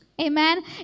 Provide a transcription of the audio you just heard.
Amen